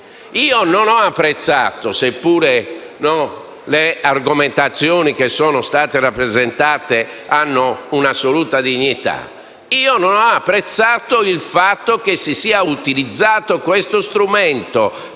Io non ho apprezzato, seppure le argomentazioni che sono state rappresentate hanno un'assoluta dignità, il fatto che si sia utilizzato questo strumento